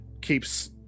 keeps